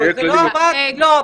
לא,